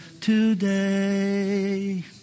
today